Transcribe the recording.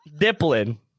Diplin